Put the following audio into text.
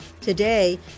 Today